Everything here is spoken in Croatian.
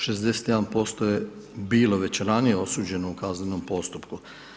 61% je bilo već ranije osuđeno u kaznenom postupku.